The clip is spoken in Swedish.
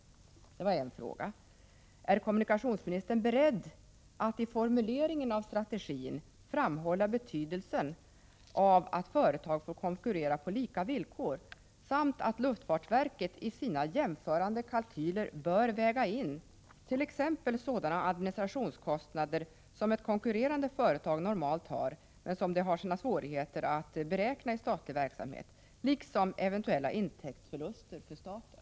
Är kommunikationsministern beredd att i formuleringen av strategin framhålla betydelsen av att företag får konkurrera på lika villkor samt att luftfartsverket i sina jämförande kalkyler bör väga in t.ex. sådana administrationskostnader som ett konkurrerande företag normalt har men som det är svårt att beräkna i statlig verksamhet, liksom eventuella intäktsförluster för staten?